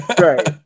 right